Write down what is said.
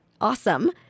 awesome